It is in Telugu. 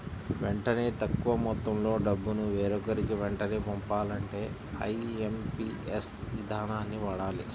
వెంటనే తక్కువ మొత్తంలో డబ్బును వేరొకరికి వెంటనే పంపాలంటే ఐఎమ్పీఎస్ ఇదానాన్ని వాడాలి